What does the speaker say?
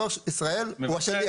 דואר ישראל הוא השליח.